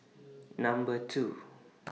Number two